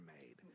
made